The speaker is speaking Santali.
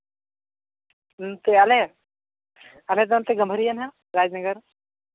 ᱦᱮᱸ ᱛᱮ ᱟᱞᱮ ᱫᱚ ᱱᱚᱛᱮ ᱜᱟᱹᱵᱷᱟᱹᱨᱤᱭᱟᱹ ᱦᱟᱸᱜ ᱨᱟᱡᱽ ᱱᱚᱜᱚᱨ